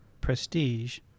prestige